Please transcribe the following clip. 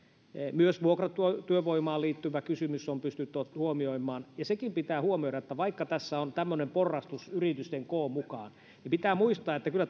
myös vuokratyövoimaan liittyvä kysymys on pystytty huomioimaan tämäkin pitää huomioida vaikka tässä on tämmöinen porrastus yritysten koon mukaan niin pitää muistaa että kyllä